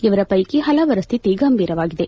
ಇವರ ಪೈಕಿ ಹಲವರ ಸ್ಥಿತಿ ಗಂಭೀರವಾಗಿದೆ